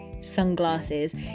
sunglasses